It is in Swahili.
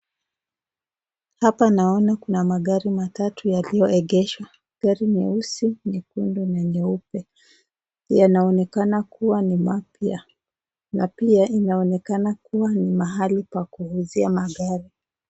Hapa naona kuna magari matatu yaliyoegeshwa, gari nyeusi, nyekundu na nyeupe. Yanaonekana kuwa ni mapya na pia inaonekana kuwa ni mahali pa kuuzia magari.